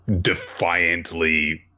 defiantly